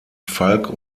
falk